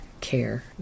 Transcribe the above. care